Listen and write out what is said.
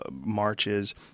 marches